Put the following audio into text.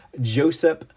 Joseph